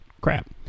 crap